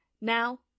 Now